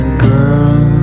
girl